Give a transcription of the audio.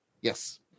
Yes